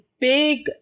big